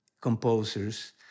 composers